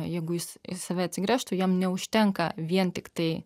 jeigu jis į save atsigręžtų jam neužtenka vien tiktai